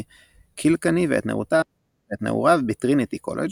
"קילקני" ואת נעוריו ב"טריניטי קולג'",